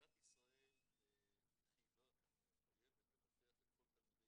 מדינת ישראל חייבה או מחייבת לבטח את כל תלמידי